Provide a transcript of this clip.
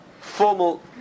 formal